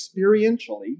experientially